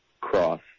cross